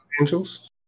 angels